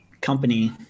company